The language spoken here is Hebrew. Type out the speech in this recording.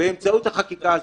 באמצעות החקיקה הזאת,